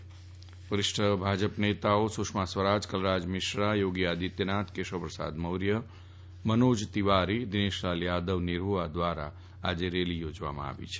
ભાજપના વરિષ્ઠ નેતાઓ સુશ્રી સુષ્મા સ્વરાજ કલરાજ મિશ્રા યોગી આદિત્યનાથ કેશવ પ્રસાદ મોર્ય મનોજ તિવારી અને દિનેશલાલ યાદવ નિરફઆ ધ્વારા આજે રેલી યોજવામાં આવી છે